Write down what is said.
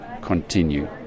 continue